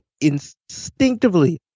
instinctively